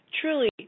truly